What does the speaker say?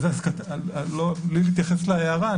בלי להתייחס להערה,